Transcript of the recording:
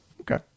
Okay